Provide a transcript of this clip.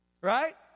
right